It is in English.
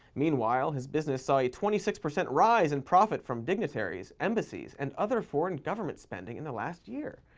meanwhile, his business saw a twenty six percent rise in profit from dignitaries, embassies, and other foreign government spending in the last year.